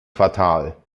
quartal